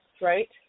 right